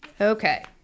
Okay